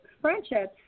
friendships